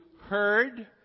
heard